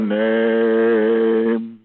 name